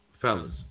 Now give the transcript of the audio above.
fellas